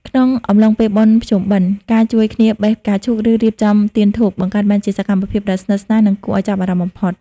ក្នុងអំឡុងពេលបុណ្យភ្ជុំបិណ្ឌ ការជួយគ្នា "បេះផ្កាឈូក" ឬ "រៀបចំទៀនធូប" បង្កើតបានជាសកម្មភាពដ៏ស្និទ្ធស្នាល និងគួរឱ្យចាប់អារម្មណ៍បំផុត។